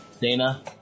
Dana